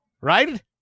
right